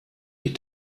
die